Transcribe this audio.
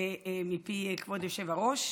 מפי כבוד היושב בראש.